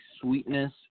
sweetness